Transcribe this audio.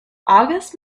august